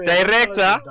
Director